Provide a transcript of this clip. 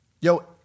yo